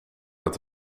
met